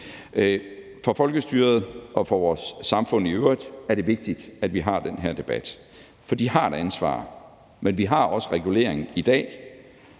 For folkestyret og for vores samfund i øvrigt er det vigtigt, at vi har den her debat. For de har et ansvar, men vi har også regulering i dag,